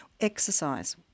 exercise